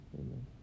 Amen